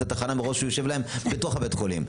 התחנה כי זה יושב להם בתוך בית החולים.